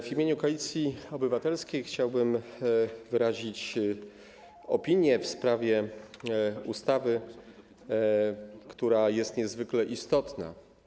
W imieniu Koalicji Obywatelskiej chciałbym wyrazić opinię w sprawie ustawy, która jest niezwykle istotna.